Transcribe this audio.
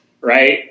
right